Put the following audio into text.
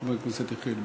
חבר הכנסת יחיאל בר.